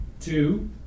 Two